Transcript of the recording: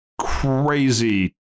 crazy